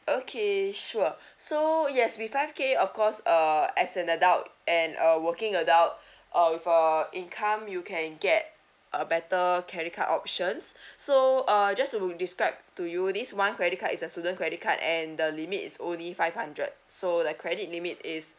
okay sure so yes with five K of course uh as an adult and a working adult uh with uh income you can get a better credit card options so uh just to describe to you this one credit card is a student credit card and the limit is only five hundred so like credit limit is